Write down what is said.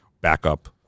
backup